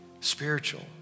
spiritual